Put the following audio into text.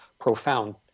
profound